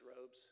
robes